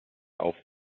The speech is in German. auf